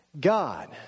God